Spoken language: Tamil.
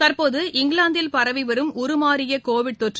தற்போது இங்கிலாந்தில் பரவி வரும் உருமாறிய கோவிட் தொற்று